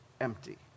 empty